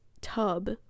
tub